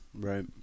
Right